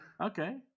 okay